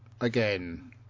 again